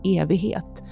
evighet